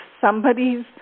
somebody's